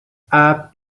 app